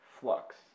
flux